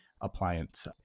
Appliance